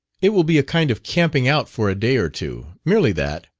it will be a kind of camping-out for a day or two merely that.